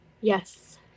yes